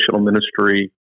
ministry